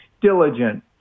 diligent